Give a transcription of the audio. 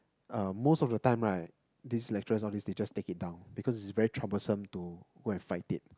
uh most of the time right these lecturers all these lecturers just take it down because it is very troublesome to go and fight it